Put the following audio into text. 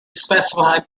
specify